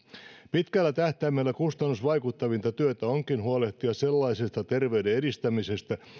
pitkällä tähtäimellä kustannusvaikuttavinta työtä onkin huolehtia sellaisesta terveyden edistämisestä ja